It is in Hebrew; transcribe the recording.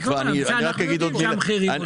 אנחנו יודעים שהמחירים עולים.